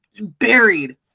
buried